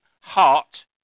heart